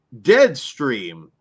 Deadstream